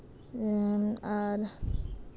ᱟᱨ